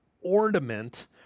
ornament